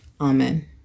Amen